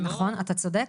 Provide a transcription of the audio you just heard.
בסדר, נכון, אתה צודק.